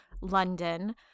london